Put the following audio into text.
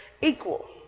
equal